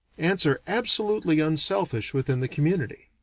ants are absolutely unselfish within the community.